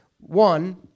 One